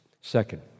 Second